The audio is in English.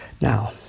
now